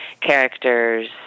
characters